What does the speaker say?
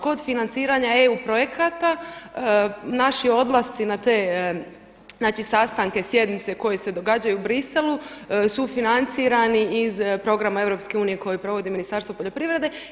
Kod financiranja EU projekata, naši odlasci na te sastanke, sjednice koje se događaju u Bruxellesu su financirani iz programa Europske unije koju provodi Ministarstvo poljoprivrede.